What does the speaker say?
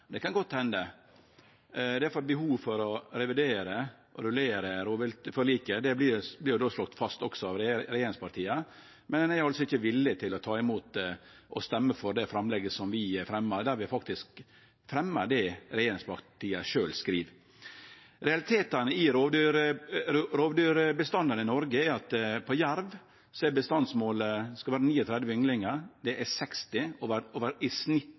er iallfall behov for å revurdere og rullere rovviltforliket. Det vert slått fast av regjeringspartia også, men ein er altså ikkje villige til å stemme for det framlegget som vi har, der vi faktisk fremjar det som regjeringspartia sjølve skriv. Realitetane for rovdyrbestandane i Noreg er at når det gjeld jerv, skal det vere 39 ynglingar – det er 60. Snittet for dei siste åra er 62 ynglingar – altså langt på veg til å vere ei dobling, og skyhøgt over